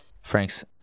Frank's